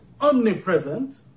omnipresent